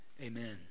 Amen